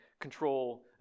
control